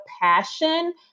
passion